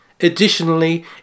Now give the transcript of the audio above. Additionally